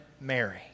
Mary